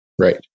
Right